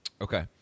Okay